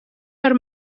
per